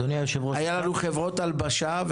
היו לנו חברות הלבשה,